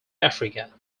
africa